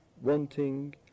wanting